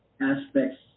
aspects